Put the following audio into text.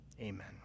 Amen